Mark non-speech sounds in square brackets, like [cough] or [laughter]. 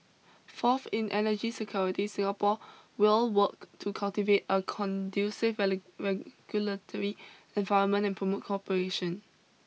fourth in energy security Singapore will work to cultivate a conducive [unintelligible] regulatory environment and promote cooperation